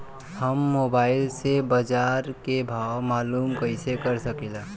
हम मोबाइल से बाजार के भाव मालूम कइसे कर सकीला?